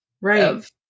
Right